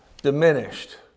diminished